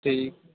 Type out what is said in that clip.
ٹھیک